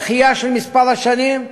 בדחייה של כמה השנים,